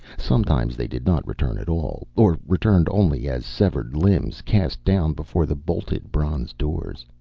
sometimes they did not return at all, or returned only as severed limbs cast down before the bolted bronze doors.